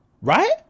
Right